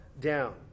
down